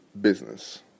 Business